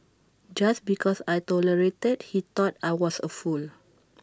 just because I tolerated he thought I was A fool